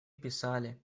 писали